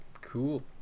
cool